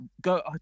go